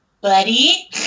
buddy